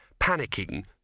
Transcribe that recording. panicking